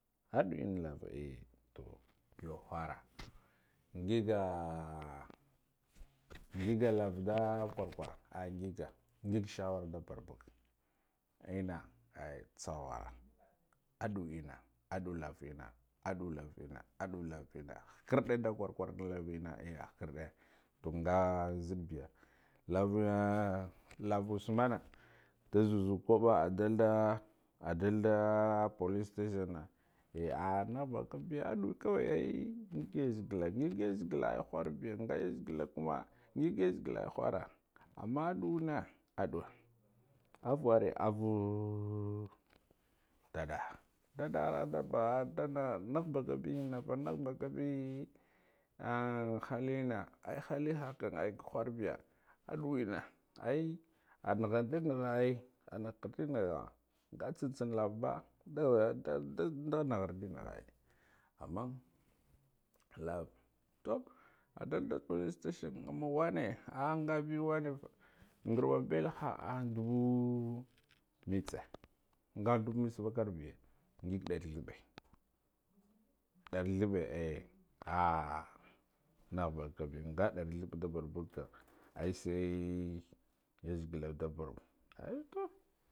Adu enna lava eh yu khara ngiga ah ngiga lava nda kwar kwar ah, ngige ngig shawara da borbuga enna eh tsakhara ada enna ada lava enna ada lava enna ada lava enna khakardi nda kwur kwar enna eh khakardi to nga nzidde biyu, lavana lava usmana nda zuzu kubba adalda adalda police station eh, ah nahabakabiya adu kawai ngig yazegala ngig yazegala khura amman adu enna aduwa avaware ava dadaha dabaha nahabakobi nafa nahaba kabi an halina, ai hali haka ai khur biya adu enna ai anihar ai nakha ai anihar dinakha nga tsin tsan lava ba dod dad nda nahar di nakha, amman lava to adald police station amma wanne ngabe wane ja ngarwa beliha adubu diba mitse nga daba mitse vakar be ngig dari. Thabbe dari thabe eh ah ah nakha bakabe nga dari thabb da barbaga kam ai sai yazegala ai toh